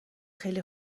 خیلی